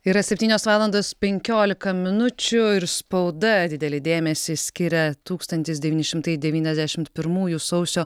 yra septynios valandos penkiolika minučių ir spauda didelį dėmesį skiria tūkstantis devyni šimtai devyniasdešimt pirmųjų sausio